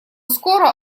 скоро